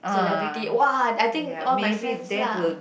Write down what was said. celebrity !wah! I think all my friends lah